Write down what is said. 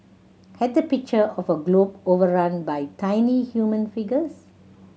had the picture of a globe overrun by tiny human figures